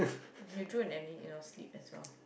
you drool in any in your sleep as well